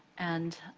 and,